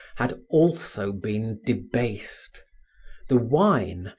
had also been debased the wine,